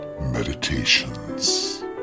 Meditations